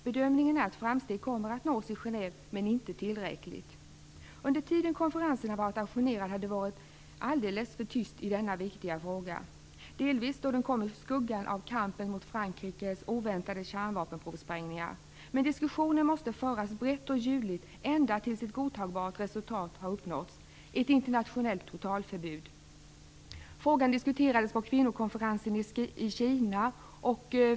Bedömningen är att framsteg kommer att nås i Genève men de kommer inte att vara tillräckliga. Under den tid som konferensen har varit ajournerad har det varit alldeles för tyst i denna viktiga fråga, delvis på grund av att den hamnade i skuggan av kampen mot Frankrikes oväntade provsprängningar av kärnvapen. Men diskussionen måste föras brett och ljudligt ända tills ett godtagbart resultat har uppnåtts: ett internationellt totalförbud. Frågan diskuterades på kvinnokonferensen i Kina.